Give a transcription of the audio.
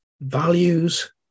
values